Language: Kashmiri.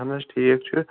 اَہَن حظ ٹھیٖک چھُ